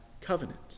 covenant